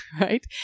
right